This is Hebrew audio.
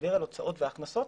שמדבר על הוצאות והכנסות,